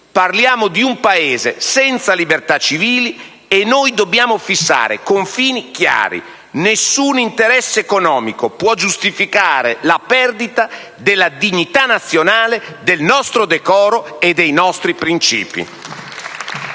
parliamo di un Paese senza libertà civili, e noi dobbiamo fissare confini chiari. Nessun interesse economico può giustificare la perdita della dignità nazionale, del nostro decoro e dei nostri principi.